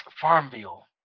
Farmville